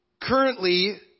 Currently